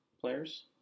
players